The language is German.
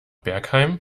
bergheim